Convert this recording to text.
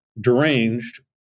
deranged